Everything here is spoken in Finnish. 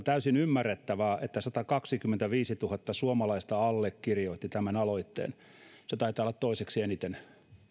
täysin ymmärrettävää että satakaksikymmentäviisituhatta suomalaista allekirjoitti tämän aloitteen se taitaa olla toiseksi eniten